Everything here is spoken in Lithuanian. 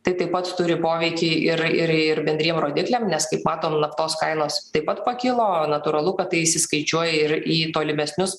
tai taip pat turi poveikį ir ir ir bendriem rodikliam nes kaip matom naftos kainos taip pat pakilo natūralu kad tai išsiskaičiuoja ir į tolimesnius